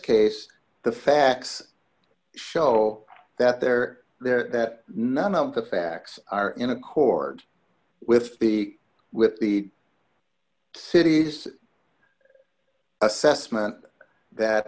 case the facts show that they're there that none of the facts are in accord with the with the city's assessment that